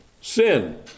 sin